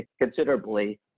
considerably